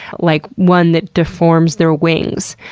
like one that deforms their wings.